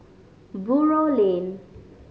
Buroh Lane